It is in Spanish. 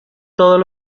todos